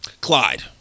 Clyde